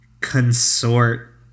consort